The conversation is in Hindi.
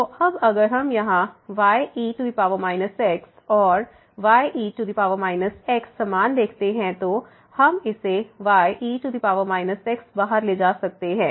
तो अब अगर हम यहाँ ye x और ye x समान देखते हैं तो हम इसे ye x बाहर ले जा सकते हैं